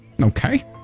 Okay